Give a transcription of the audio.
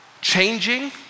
changing